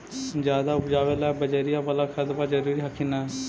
ज्यादा उपजाबे ला बजरिया बाला खदबा जरूरी हखिन न?